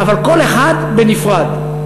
אבל כל אחד בנפרד.